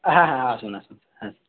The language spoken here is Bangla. হ্যাঁ হ্যাঁ আসুন আসুন হ্যাঁ